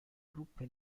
truppe